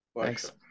Thanks